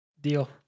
deal